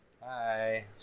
Hi